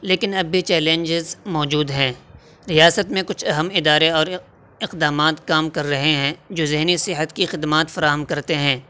لیکن اب بھی چیلنجز موجود ہیں ریاست میں کچھ اہم ادارے اور اقدامات کام کر رہے ہیں جو ذہنی صحت کی خدمات فراہم کرتے ہیں